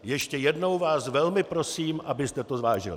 Ještě jednou vás velmi prosím, abyste to zvážili.